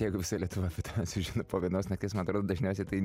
jeigu visa lietuva apie tave sužino po vienos nakties man atrodo dažniausiai tai